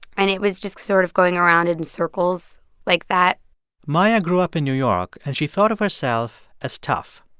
and it was just sort of going around in circles like that maia grew up in new york, and she thought of herself as tough.